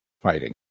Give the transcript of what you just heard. fighting